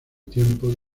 tiempo